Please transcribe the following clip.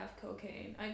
cocaine